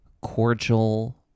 Cordial